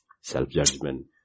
Self-judgment